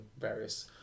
various